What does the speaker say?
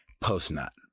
post-nut